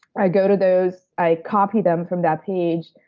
i go to those. i copy them from that page,